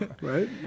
right